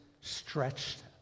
stretched